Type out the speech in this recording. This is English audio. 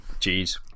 Jeez